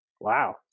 wow